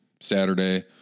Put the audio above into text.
saturday